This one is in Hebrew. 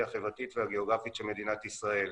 החברתית והגיאוגרפית של מדינת ישראל.